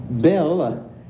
Bill